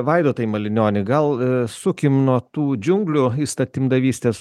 vaidotai malinioni gal sukim nuo tų džiunglių įstatymdavystės